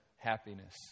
happiness